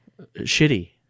Shitty